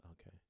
okay